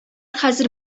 хәзер